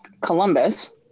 Columbus